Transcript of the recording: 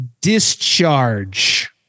discharge